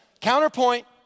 Counterpoint